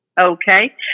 Okay